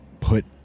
put